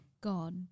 God